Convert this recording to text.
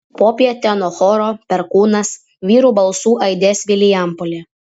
popietę nuo choro perkūnas vyrų balsų aidės vilijampolė